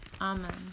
Amen